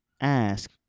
ask